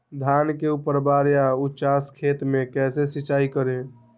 धान के ऊपरवार या उचास खेत मे कैसे सिंचाई करें?